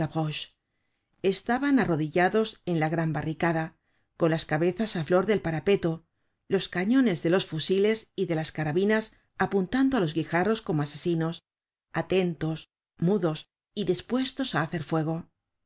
estaban arrodillados en la gran barricada con las cabezas á flor del parapeto los cañones de los fusiles y de las carabinas apuntando á los guijarros como á asesinos atentos mudos y dispuestos á hacer fuego